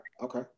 okay